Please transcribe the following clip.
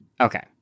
Okay